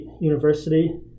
University